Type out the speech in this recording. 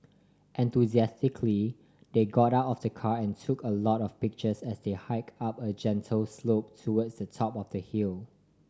enthusiastically they got out of the car and took a lot of pictures as they hike up a gentle slope towards the top of the hill